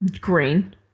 green